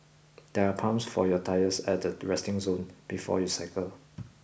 there are pumps for your tyres at the resting zone before you cycle